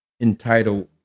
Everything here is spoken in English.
entitled